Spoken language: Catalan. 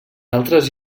altres